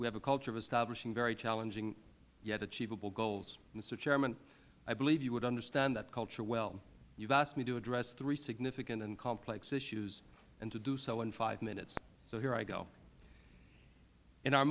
we have a culture of establishing very challenging yet achievable goals mister chairman i believe you would understand that culture well you have asked me to address three significant and complex issues and to do so in five minutes so here i go in our